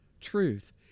truth